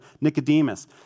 Nicodemus